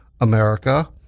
America